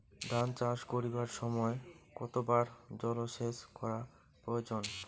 ধান চাষ করিবার সময় কতবার জলসেচ করা প্রয়োজন?